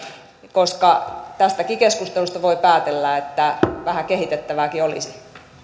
koska tästäkin keskustelusta voi päätellä että vähän kehitettävääkin olisi